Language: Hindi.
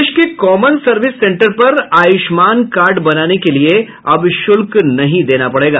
प्रदेश के कॉमन सर्विस सेन्टर पर आयुष्मान कार्ड बनाने के लिए अब शुल्क नहीं देना पड़ेंगा